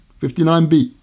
59b